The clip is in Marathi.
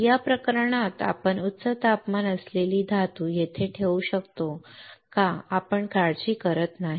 तर या प्रकरणात आपण हाई तापमान असलेली धातू येथे ठेवू शकतो का आपण काळजी करत नाही